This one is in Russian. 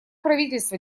правительство